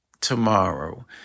tomorrow